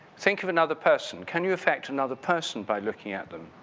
think of another person, can you affect another person by looking at them?